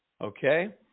Okay